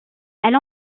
elle